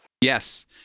Yes